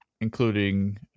including